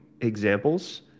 examples